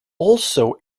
also